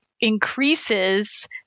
increases